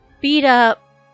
beat-up